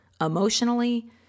emotionally